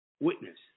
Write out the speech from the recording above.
Witness